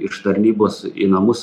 iš tarnybos į namus